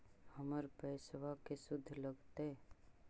हमर पैसाबा के शुद्ध लगतै?